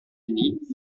unis